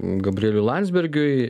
gabrieliui landsbergiui